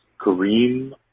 Kareem